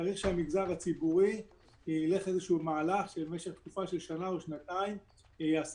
המגזר הציבורי צריך לעשות מהלך לתקופה של שנה או שנתיים ולעשות